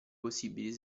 possibili